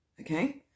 okay